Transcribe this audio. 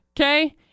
okay